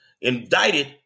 indicted